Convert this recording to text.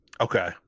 okay